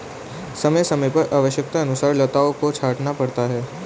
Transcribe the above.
समय समय पर आवश्यकतानुसार लताओं को छांटना पड़ता है